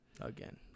Again